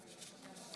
(קוראת בשם חברת הכנסת)